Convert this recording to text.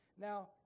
Now